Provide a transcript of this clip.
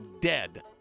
dead